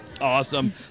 Awesome